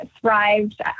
thrived